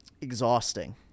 exhausting